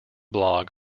blog